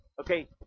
Okay